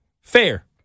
Fair